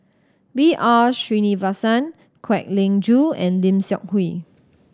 B R Sreenivasan Kwek Leng Joo and Lim Seok Hui